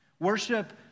Worship